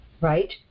right